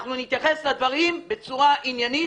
אנחנו נתייחס לדברים בצורה עניינית